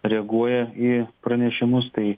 reaguoja į pranešimus tai